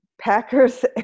Packers